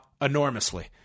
enormously